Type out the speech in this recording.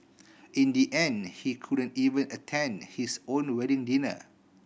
in the end he couldn't even attend his own wedding dinner